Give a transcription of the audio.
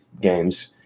games